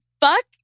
Fuck